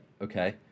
Okay